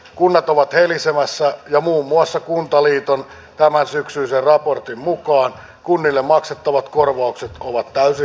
toisaalta ovat helisemässä ja muun muassa kuntaliiton tämänsyksyisen he jotka miettivät mitkä vaihtoehdot ovat ylipäätänsä käytettävissä